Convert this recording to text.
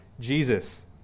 Jesus